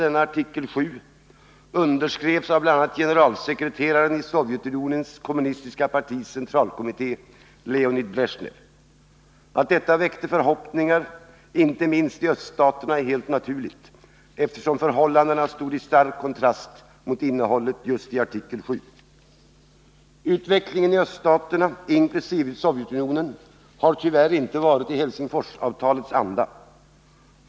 denna artikel VII — underskrevs av bl.a. generalsekreteraren i Sovjetunionens kommunistiska partis centralkommitté, Leonid Bresjnev. Att detta väckte förhoppningar inte minst i öststaterna är helt naturligt, eftersom förhållandena stod i stark kontrast mot innehållet i artikel VII Utvecklingen i öststaterna, inkl. Sovjetunionen, har tyvärr inte varit i Helsingforsavtalets anda.